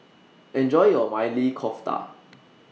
Enjoy your Maili Kofta